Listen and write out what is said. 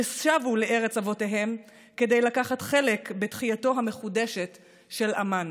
ששבו לארץ אבותיהן כדי לקחת חלק בתחייתו המחודשת של עמן.